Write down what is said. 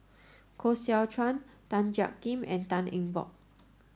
Koh Seow Chuan Tan Jiak Kim and Tan Eng Bock